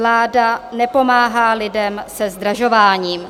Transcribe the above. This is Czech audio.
Vláda nepomáhá lidem se zdražováním.